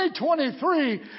2023